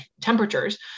temperatures